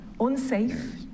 unsafe